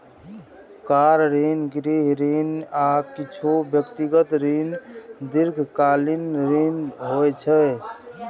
car ऋण, गृह ऋण, आ किछु व्यक्तिगत ऋण दीर्घकालीन ऋण होइ छै